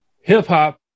Hip-hop